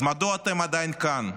אז מדוע אתם עדיין כאן?